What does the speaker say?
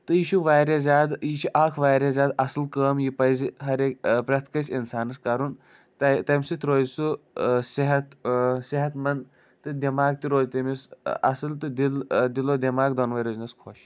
تہٕ یہِ چھِ واریاہ زیادٕ یہِ چھِ اَکھ واریاہ زیادٕ اَصٕل کٲم یہِ پَزِ ہَر أکۍ پرٛٮ۪تھ کٲنٛسہِ اِنسانَس کَرُن تَے تَمہِ سۭتۍ روزِ سُہ صحت صحت منٛد تہٕ دٮ۪ماغ تہِ روزِ تٔمِس اَصٕل تہٕ دِل دِل و دٮ۪ماغ دۄنؤے روزنَس خوش